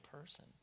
person